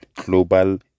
global